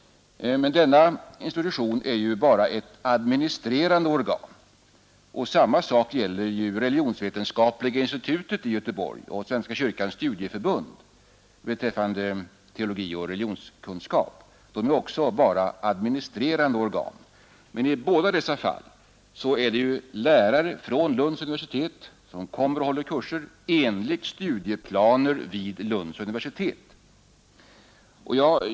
Men denna institution är ju bara ett administrerande organ. Samma gäller beträffande teologi och religionskunskap. Religionsvetenskapliga institutet i Göteborg och Svenska kyrkans studieförbund är bara administrerande organ. Men i bada dessa fall är det lärare fran Lunds universitet som kommer dit och haller kurser enligt studieplaner vid Lunds universitet.